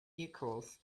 equals